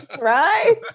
right